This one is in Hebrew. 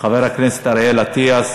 חבר הכנסת אריאל אטיאס,